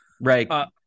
Right